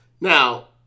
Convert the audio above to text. Now